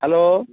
hello